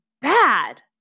bad